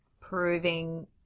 proving